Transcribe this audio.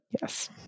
Yes